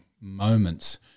moments